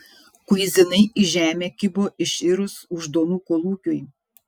kuizinai į žemę kibo iširus iždonų kolūkiui